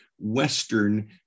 Western